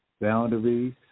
boundaries